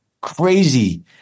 crazy